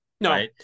No